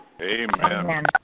Amen